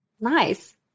Nice